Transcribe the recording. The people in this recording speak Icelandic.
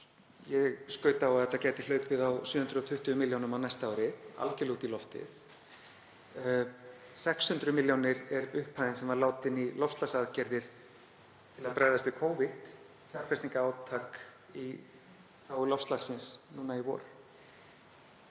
Ég giska á að þetta gæti hlaupið á 720 milljónum á næsta ári, algjörlega út í loftið. 600 milljónir er upphæðin sem var látin í loftslagsaðgerðir til að bregðast við Covid, fjárfestingarátak í þágu loftslagsins, núna í vor.